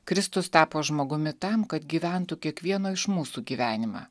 kristus tapo žmogumi tam kad gyventų kiekvieno iš mūsų gyvenimą